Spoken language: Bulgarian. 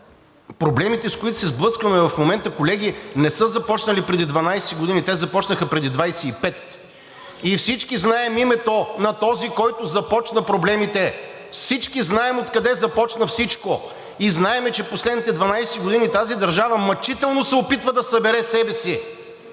Проблемите, с които се сблъскваме в момента, колеги, не са започнали преди 12 години. Те започнаха преди 25 и всички знаем името на този, който започна проблемите, всички знаем откъде започна всичко, знаем, че в последните 12 години тази държава мъчително се опитва да събере себе си.